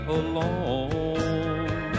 alone